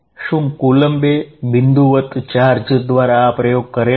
શું કુલંબે બિંદુવત ચાર્જ દ્વારા આ પ્રયોગ કરેલો